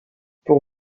pour